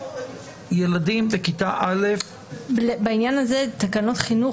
ילדים בכיתה א' --- בעניין הזה תקנות חינוך